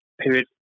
period